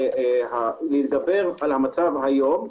להתגבר על המצב היום,